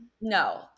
no